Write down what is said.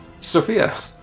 Sophia